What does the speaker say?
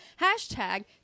hashtag